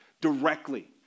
directly